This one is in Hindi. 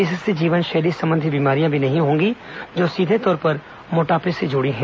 इससे जीवन शैली संबंधी बीमारियां भी नहीं होंगी जो सीधे तौर पर मोटापे से जुड़ी हैं